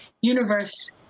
universe